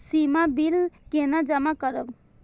सीमा bill केना जमा करब?